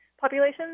populations